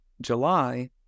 July